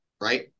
right